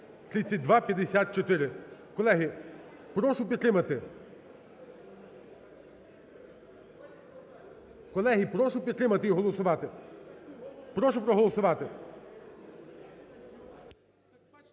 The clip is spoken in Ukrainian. Колеги, прошу підтримати і голосувати.